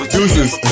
Deuces